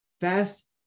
fast